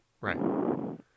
Right